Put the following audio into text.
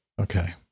okay